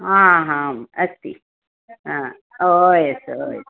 हा हाम् अस्ति ओ येस् ओ येस्